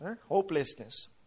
Hopelessness